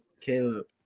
Caleb